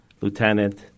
lieutenant